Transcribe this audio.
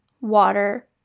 water